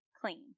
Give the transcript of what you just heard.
clean